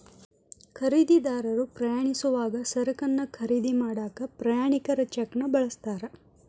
ಖರೇದಿದಾರರು ಪ್ರಯಾಣಿಸೋವಾಗ ಸರಕನ್ನ ಖರೇದಿ ಮಾಡಾಕ ಪ್ರಯಾಣಿಕರ ಚೆಕ್ನ ಬಳಸ್ತಾರ